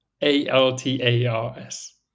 A-L-T-A-R-S